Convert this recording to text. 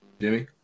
Jimmy